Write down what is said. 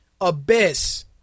Abyss